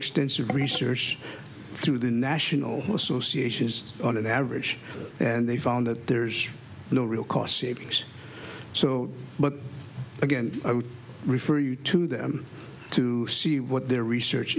extensive research through the national associations on an average and they found that there's no real cost savings so but again i would refer you to them to see what their research